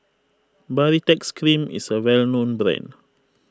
Baritex Cream is a well known brand